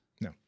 No